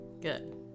good